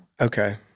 Okay